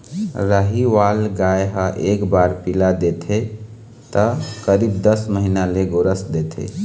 साहीवाल गाय ह एक बार पिला देथे त करीब दस महीना ले गोरस देथे